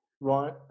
Right